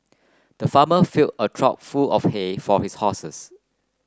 the farmer fill a trough full of hay for his horses